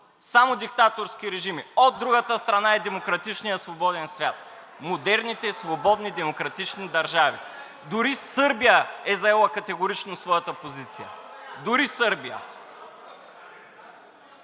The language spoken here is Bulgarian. само диктаторски режими. От другата страна е демократичният свободен свят, модерните свободни демократични държави. (Шум и реплики.) Дори Сърбия е заела категорично своята позиция. (Смях